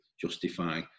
justify